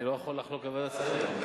אני לא יכול לחלוק על ועדת שרים.